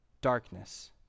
darkness